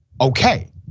okay